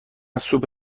سوپ